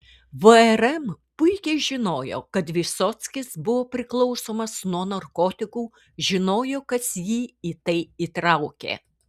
vrm puikiai žinojo kad vysockis buvo priklausomas nuo narkotikų žinojo kas jį į tai įtraukė